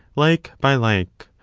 like by like.